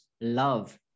love